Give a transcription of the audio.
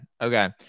Okay